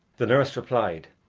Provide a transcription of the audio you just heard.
the nurse replied,